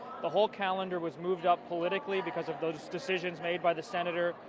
the whole calendar was moved up politically because of those decisions made by the senator,